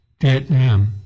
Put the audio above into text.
Vietnam